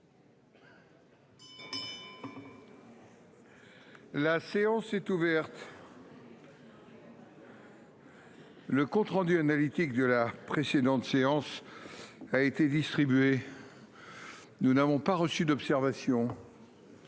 La séance est ouverte. Le compte rendu analytique de la précédente séance. A été distribué. Nous n'avons pas reçu d'observation.--